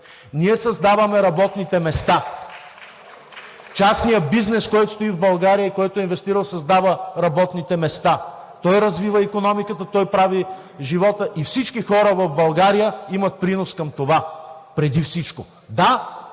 (ръкопляскания от ГЕРБ-СДС), частният бизнес, който стои в България и който е инвестирал, създава работните места – той развива икономиката, той прави живота. И всички хора в България имат принос към това преди всичко.